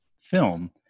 film